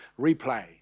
replay